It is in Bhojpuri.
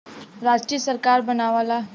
राष्ट्रीय सरकार बनावला